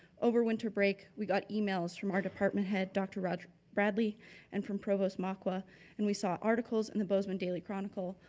over winter break we got email from our department head dr. roge bradley and from provost mokwa and we saw articles in the bozeman daily chronicle,